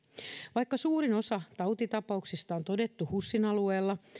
vaikka suurin osa tautitapauksista on todettu husin alueella